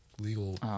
legal